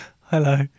Hello